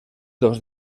dos